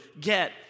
get